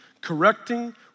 correcting